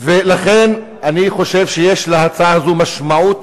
אני חושב שיש להצעה הזאת משמעות